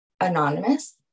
anonymous